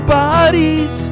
bodies